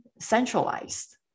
centralized